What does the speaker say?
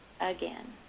again